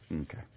Okay